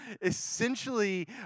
essentially